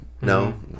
No